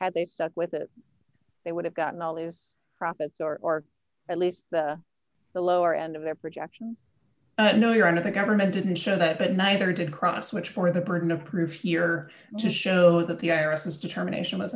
had they stuck with it they would have gotten all those profits or at least the lower end of their projections no you're out of the government didn't show that but neither did cross much for the burden of proof here to show that the irises determination